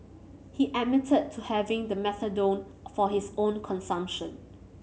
he admitted to having the methadone for his own consumption